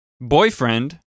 Boyfriend